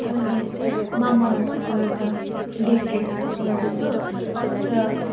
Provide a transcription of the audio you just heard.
मैले मामाअर्थको एउटा डे क्रिम चलाउँदैछु र